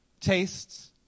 tastes